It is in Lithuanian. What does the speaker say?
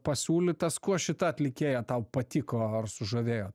pasiūlytas kuo šita atlikėja tau patiko ar sužavėjo